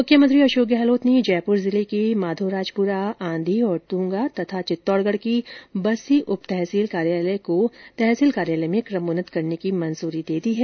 मुख्यमंत्री अशोक गहलोत ने जयपुर जिले के माघोराजपुरा आंधी और तूंगा और चित्तौड़गढ़ की बस्सी उप तहसील कार्यालय को तहसील कार्यालय में क्रमोन्नत करने की मंजूरी दे दी है